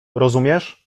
rozumiesz